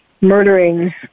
murdering